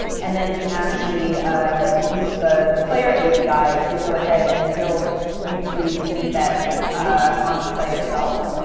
and then we actually ah use the the player api to go ahead and build youtube embeds on the site itself.